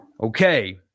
Okay